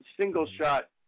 single-shot